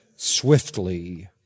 Swiftly